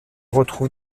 retrouve